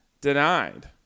denied